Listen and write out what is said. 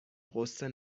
غصه